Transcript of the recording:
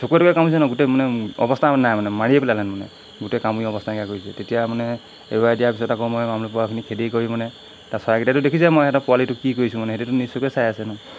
চকুকে তকুৱে কামুৰিছে ন গোটেই মানে অৱস্থা নাই মানে মাৰিয়ে পেলালে হেতেন মানে গোটেই কামুৰি অৱস্থা নাইকিয়া কৰিছে তেতিয়া মানে এৰুৱাই দিয়াৰ পিছত আকৌ মই অমলৰি পৰুৱাখিনি খেদি কৰি মানে তাত চৰাইকেইটাইতো দেখিছেই মই সিহঁতৰ পোৱালিটো কি কৰিছোঁ মানে সিহঁতেতো নিশ্চয়কৈ চাই আছে ন